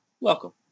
Welcome